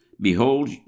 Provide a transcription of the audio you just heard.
Behold